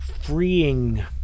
freeing